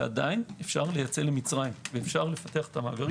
ועדיין אפשר לייצא למצרים ולפתח את המאגרים,